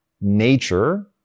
nature